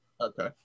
Okay